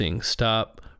Stop